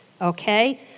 Okay